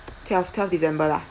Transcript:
twelfth twelfth december lah